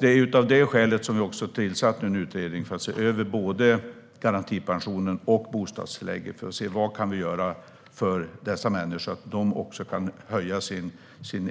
Det är av det skälet som regeringen har tillsatt en utredning för att se över garantipensionen och bostadstillägget för att se vad som kan göras så att dessa människor kan höja sin